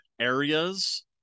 areas